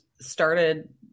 started